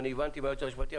הבנתי מהיועץ המשפטי,